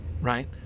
right